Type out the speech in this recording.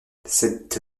cette